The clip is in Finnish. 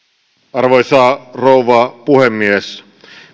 arvoisa rouva puhemies